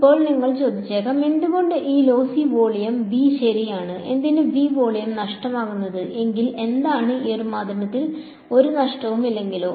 ഇപ്പോൾ നിങ്ങൾ ചോദിച്ചേക്കാം എന്തുകൊണ്ട് ഈ ലോസി വോളിയം V ശരിയാണ് എന്തിനാണ് V വോളിയം നഷ്ടമാകുന്നത് എങ്കിൽ എന്താണ് ഈ മാധ്യമത്തിൽ ഒരു നഷ്ടവും ഇല്ലെങ്കിലോ